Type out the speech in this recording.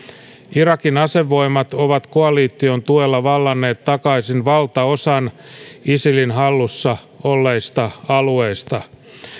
irakin asevoimat ovat koalition tuella vallanneet takaisin valtaosan isilin hallussa olleista alueista